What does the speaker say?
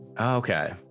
Okay